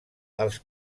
els